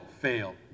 fail